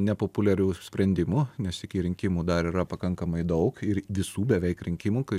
nepopuliarių sprendimų nes iki rinkimų dar yra pakankamai daug ir visų beveik rinkimų kai